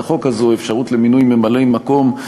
החוק הזו הוא אפשרות למינוי ממלאי מקום,